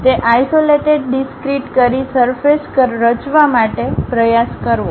તે isolated discrete કરી surface રચવા માટે પ્રયાસ કરવો